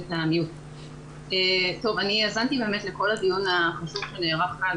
אני האזנתי לכל הדיון החשוב שנערך כאן,